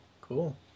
cool